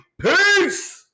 Peace